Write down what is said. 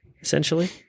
essentially